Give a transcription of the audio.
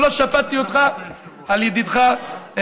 ולא שפטתי אותך על ידידך.